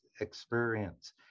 experience